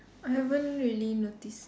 I haven't really notice